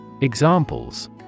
Examples